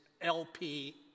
LP